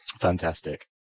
fantastic